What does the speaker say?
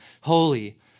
holy